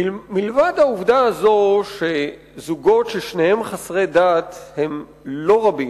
מלבד העובדה הזו שזוגות ששניהם חסרי דת הם לא רבים,